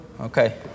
Okay